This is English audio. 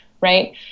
right